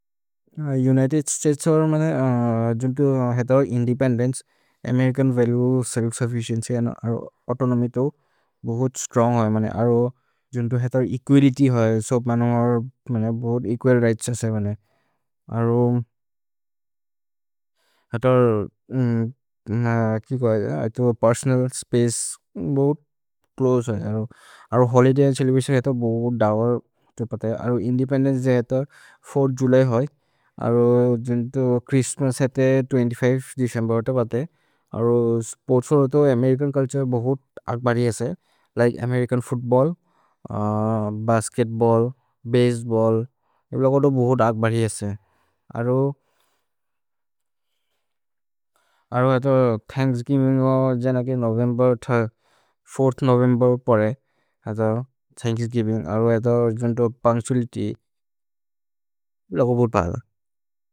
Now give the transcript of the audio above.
United States are independence, American values, self sufficiency and autonomy तो बहुत् strong होइ। अरो जुन्तो हेतर् एकुइत्य् होइ, सो मनुअर् बहुत् एकुअल् रिघ्त्स् हसे। अरो पेर्सोनल् स्पचे बहुत् च्लोसे होइ। अरो होलिदय् अन्द् चेलेब्रतिओन् हेतर् बहुत् दावर् तोह् पते। अरो इन्देपेन्देन्चे जेतर् ४थ् जुल्य् होइ। अरो जुन्तो छ्ह्रिस्त्मस् हेतर् २५थ् देचेम्बेर् तोह् पते। अरो स्पोर्त्स् होरो तोह् अमेरिचन् चुल्तुरे बहुत् आग् बर्हि हसे। Like American football, basketball, baseball. येह् लोगोदो बहुत् आग् बर्हि हसे। अरो हेतर् थन्क्स्गिविन्ग् होइ, जन के नोवेम्बेर्, फोर्थ् नोवेम्बेर् परे। हेतर् थन्क्स्गिविन्ग्, अरो हेतर् जुन्तो पुन्च्तुअलित्य् लोगो बहुत् बहुत् आग्।